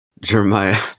Jeremiah